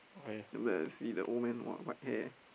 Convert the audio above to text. then I see the old man !wah! white hair